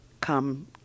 come